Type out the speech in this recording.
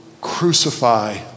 crucify